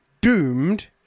doomed